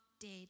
dead